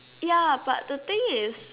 ya but the thing is